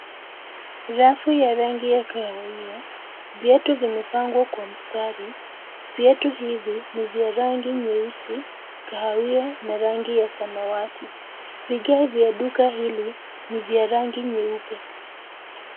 Rafu ya rangi ya kahawia , viatu vimepangwa kwa mstari. Viatu hivi ni vya rangi nyeusi , kahawia na rangi ya samawati . Vigae vya duka hili ni vya rangi nyeupe